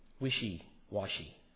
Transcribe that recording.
Wishy-washy